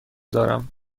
دارم